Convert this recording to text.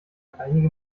einige